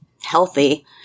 healthy